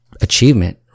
achievement